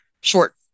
short